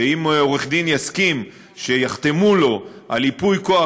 שאם עורך-דין יסכים שיחתמו לו על ייפוי כוח,